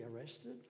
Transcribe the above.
arrested